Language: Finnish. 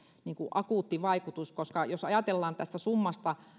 akuutti vaikutus koska jos ajatellaan että tästä summasta